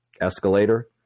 escalator